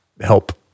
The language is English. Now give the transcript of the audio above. help